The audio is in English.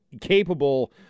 capable